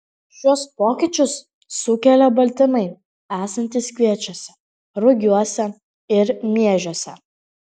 šiuos pokyčius sukelia baltymai esantys kviečiuose rugiuose ir miežiuose